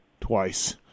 twice